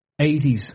80s